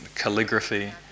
calligraphy